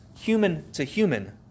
human-to-human